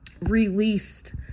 released